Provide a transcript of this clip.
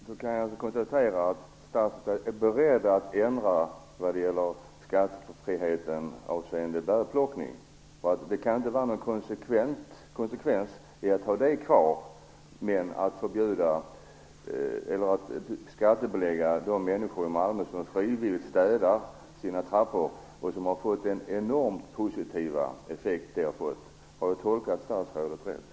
Fru talman! Kan jag konstatera att statsrådet är beredd att ändra när det gäller skattefriheten avseende bärplockning? Det är inte konsekvent att behålla den samtidigt som man ålägger de människor i Malmö som frivilligt städar sina trappor skattskyldighet. Har jag tolkat statsrådet rätt?